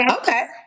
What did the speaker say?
okay